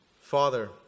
Father